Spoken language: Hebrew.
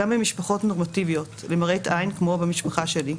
גם במשפחות נורמטיביות למראית עין כמו במשפחה שלי.